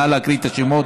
נא להקריא את השמות.